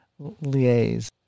liaise